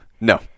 No